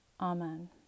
Amen